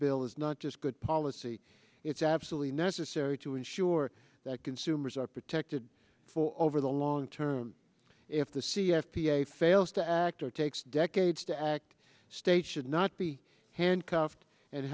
bill is not just good policy it's absolutely necessary to ensure that consumers are protected for over the long term if the c f p a fails to act or takes decades to act states should not be handcuffed and